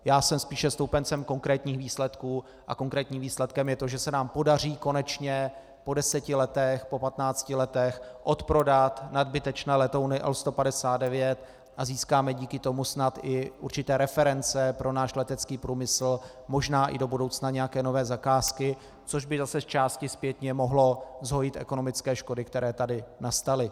Já jsem spíše stoupencem konkrétních výsledků, a konkrétním výsledkem je to, že se nám podaří konečně po deseti patnácti letech odprodat nadbytečné letouny L159 a získáme díky tomu snad i určité reference pro náš letecký průmysl, možná i do budoucna nějaké nové zakázky, což by zase zčásti zpětně mohlo zhojit ekonomické škody, které tady nastaly.